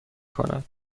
کند